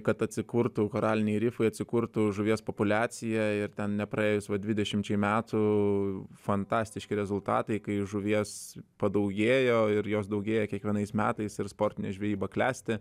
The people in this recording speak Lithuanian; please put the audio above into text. kad atsikurtų koraliniai rifai atsikurtų žuvies populiacija ir ten nepraėjus dvidešimčiai metų fantastiški rezultatai kai žuvies padaugėjo ir jos daugėja kiekvienais metais ir sportinė žvejyba klesti